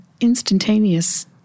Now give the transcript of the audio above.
instantaneous